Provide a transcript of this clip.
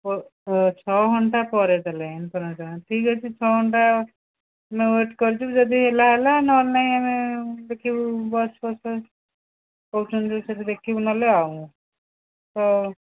ଓ ଛଅ ଘଣ୍ଟା ପରେ ତା'ହେଲେ ହେଉ ଠିକ ଅଛି ଛଅ ଘଣ୍ଟା ଆମେ ୱେଟ୍ କରିଥିବୁ ଯଦି ହେଲା ହେଲା ନହେଲେ ନାହିଁ ଆମେ ଦେଖିବୁ ବସ୍ଫସ୍ କହୁଛନ୍ତି ଯଦି ସେଠି ଦେଖିବୁ ନହେଲେ ଆଉ ହେଉ